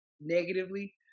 negatively